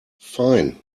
fein